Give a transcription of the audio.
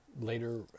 Later